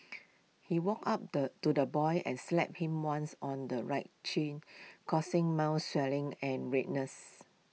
he walked up the to the boy and slapped him once on the right cheek causing mild swelling and redness